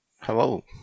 Hello